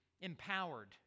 empowered